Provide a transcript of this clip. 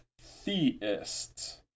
theists